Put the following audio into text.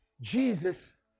Jesus